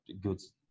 goods